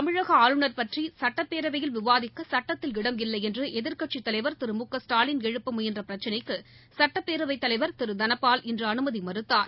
தமிழகஆளுநர் பற்றிசுட்டப்பேரவையில் விவாதிக்கசுட்டத்தில் இடமில்லைஎன்றுஎதிர்கட்சி தலைவர் திரு மு க ஸ்டாலின் எழுப்பமுயன்றபிரச்சனைக்குசட்டப்பேரவை தலைவர் திருதனபால் இன்றுஅனுமதிமறுத்தார்